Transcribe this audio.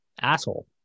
asshole